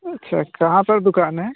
अच्छा कहाँ पर दुकान है